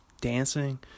dancing